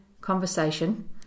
conversation